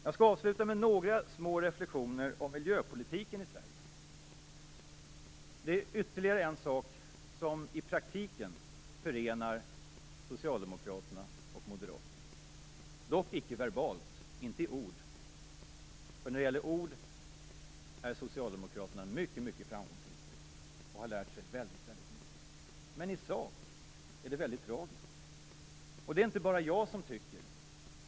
Jag skall avsluta med några små reflexioner om miljöpolitiken i Sverige. Det är ytterligare en sak som i praktiken förenar Socialdemokraterna och Moderaterna - dock icke i ord. När det gäller ord är Socialdemokraterna mycket framgångsrika och har lärt sig väldigt mycket, men i sak är det väldigt tragiskt. Det är det inte bara jag som tycker.